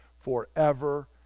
forever